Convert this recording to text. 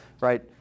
right